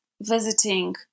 visiting